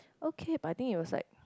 okay I think it was like